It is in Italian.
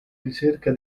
ricerca